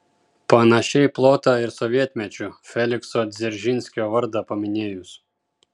panašiai plota ir sovietmečiu felikso dzeržinskio vardą paminėjus